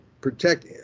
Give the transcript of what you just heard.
protect